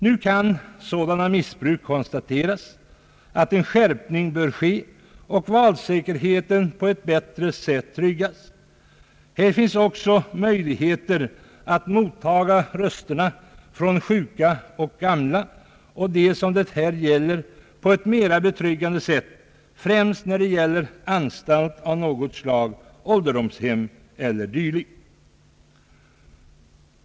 Nu kan sådana missbruk konstateras att en skärpning bör ske och valsäkerheten på ett bättre sätt tryggas. Det finns också möjligheter att mottaga rösterna från sjuka, gamla och andra som det här gäller på ett mera betryggande sätt, främst vid anstalter av olika slag, ålderdomshem etc.